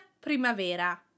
primavera